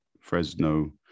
Fresno